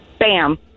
Bam